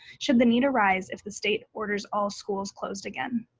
should the need arise if the state orders all schools closed again.